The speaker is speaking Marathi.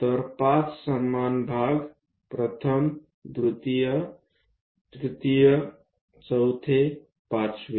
तर 5 समान भाग प्रथम द्वितीय तृतीय चौथे पाचवे